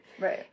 Right